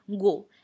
go